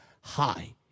high